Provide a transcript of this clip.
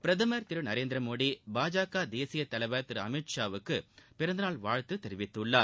பிரதம் Thiru Narendra Modi Bajaka தேசியத் தலைவா் திரு அமித்ஷாவுக்கு பிறந்தநாள் வாழ்த்து தெரிவித்துள்ளார்